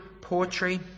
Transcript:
poetry